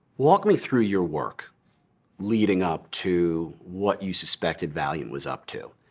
walk me through your work leading up to what you suspected valeant was up to.